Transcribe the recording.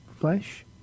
flesh